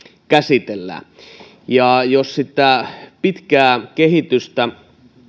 käsitellään jos sitten tätä pitkää kehitystä